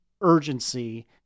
urgency